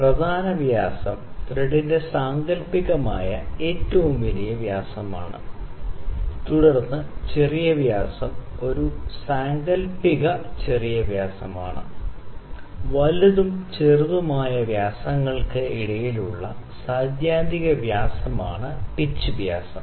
പ്രധാന വ്യാസം ത്രെഡിന്റെ സാങ്കൽപ്പികമായ ഏറ്റവും വലിയ വ്യാസമാണ് തുടർന്ന് ചെറിയ വ്യാസം ഒരു സാങ്കൽപ്പിക ചെറിയ വ്യാസമാണ് വലുതും ചെറുതുമായ വ്യാസങ്ങൾക് ഇടയിലുള്ള സൈദ്ധാന്തിക വ്യാസമാണ് പിച്ച് വ്യാസം